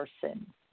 person